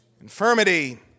Infirmity